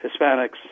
Hispanics